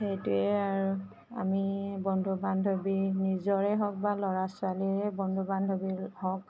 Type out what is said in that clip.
সেইটোৱেই আৰু আমি বন্ধু বান্ধৱী নিজৰেই হওক বা ল'ৰা ছোৱালীৰেই বন্ধু বান্ধৱী হওক